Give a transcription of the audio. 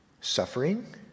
Suffering